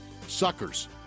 suckers